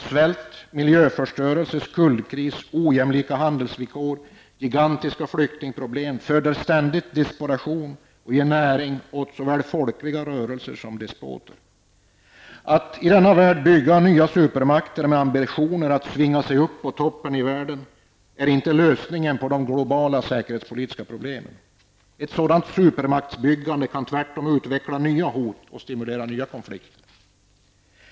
Svält, miljöförstörelse, skuldkris, ojämlika handelsvillkor och gigantiska flyktingproblem föder ständigt desperation och ger näring åt såväl folkliga rörelser som despoter. Att bygga upp nya supermakter som har ambitionen att svinga sig upp på toppen här i världen är inte någon lösning på de globala säkerhetspolitiska problemen. Ett sådant supermaktsbyggande kan tvärtom innebära att nya hot utvecklas och att nya konflikter stimuleras fram.